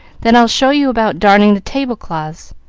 then i'll show you about darning the tablecloths.